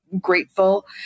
grateful